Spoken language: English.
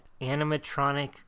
animatronic